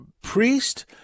priest